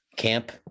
Camp